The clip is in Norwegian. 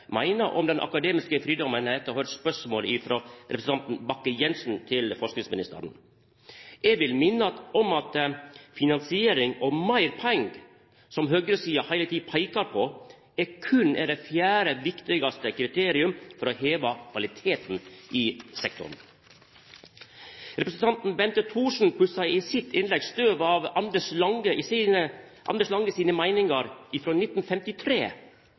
meiner om den akademiske fridomen, etter å ha høyrt spørsmålet frå representanten Bakke-Jensen til statsråden. Eg vil minna om at finansiering og meir pengar, som høgresida heile tida peikar på, berre er det fjerde viktigaste kriteriet for å heva kvaliteten i sektoren. Representanten Bente Thorsen pussa i sitt innlegg støvet av Anders Lange sine meiningar frå 1953.